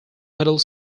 middle